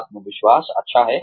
आत्मविश्वास अच्छा है